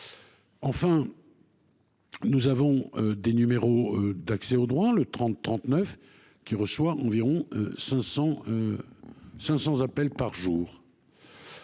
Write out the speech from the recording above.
Enfin, il existe un numéro d'accès au droit, le 3039, qui reçoit environ 500 appels par jour.